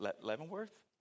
Leavenworth